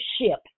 ship